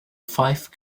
fife